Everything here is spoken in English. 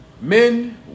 Men